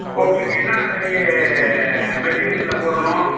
உங்களுக்கு என்னென்ன மாரி மெட்டீரியலில் போடணும்